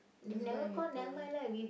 it's gonna be boring